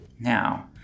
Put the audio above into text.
Now